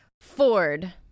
Ford